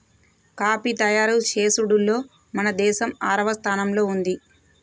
coffee తయారు చేసుడులో మన దేసం ఆరవ స్థానంలో ఉంది